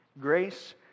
grace